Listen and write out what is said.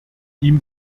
ihm